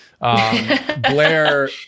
Blair